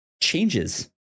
changes